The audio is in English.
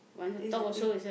this the thing